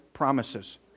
promises